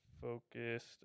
focused